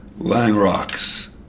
Langrocks